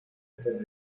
ser